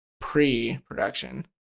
pre-production